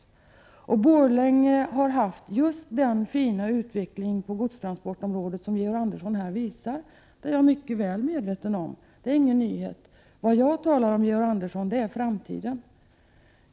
Borlänge har haft just den fina utveckling på godstransportområdet som Georg Andersson talar om. Det är jag mycket väl medveten om, och det är ingen nyhet. Men vad jag talar om, Georg Andersson, är framtiden.